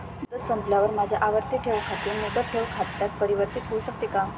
मुदत संपल्यावर माझे आवर्ती ठेव खाते मुदत ठेव खात्यात परिवर्तीत होऊ शकते का?